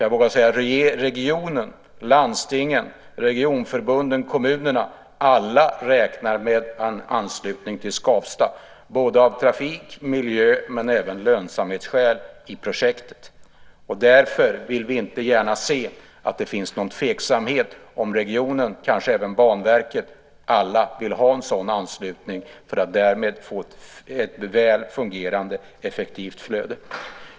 Jag vågar säga att regionen, landstingen, regionförbunden och kommunerna, ja, alla räknar med en anslutning till Skavsta både av trafik-, miljö och lönsamhetsskäl i projektet. Därför vill vi inte gärna se att det finns någon tveksamhet om regionen - kanske även Banverket. Alla vill ha en sådan anslutning för att därmed få ett väl fungerande, effektivt flöde.